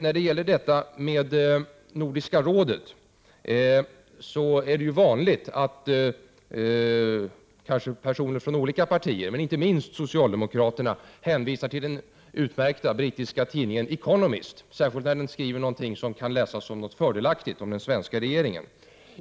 När det gäller Nordiska rådet är det vanligt att personer från olika partier, inte minst från socialdemokraterna, hänvisar till den utmärkta brittiska tidningen Economist, särskilt när den skriver någonting som kan läsas som fördelaktigt om den svenska regeringen.